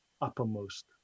uppermost